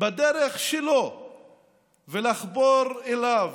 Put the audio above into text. בדרך שלו ולחבור אליו,